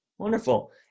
Wonderful